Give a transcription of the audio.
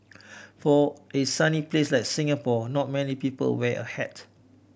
for a sunny place like Singapore not many people wear a hat